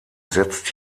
setzt